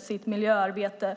sitt miljöarbete.